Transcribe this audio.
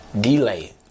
Delay